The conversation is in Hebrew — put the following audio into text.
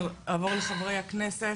אני אעבור לחברי הכנסת.